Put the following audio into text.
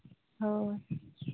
ᱦᱳᱭ